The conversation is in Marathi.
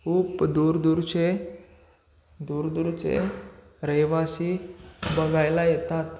खूप दूरदूरचे दूर दूरचे रहिवाशी बघायला येतात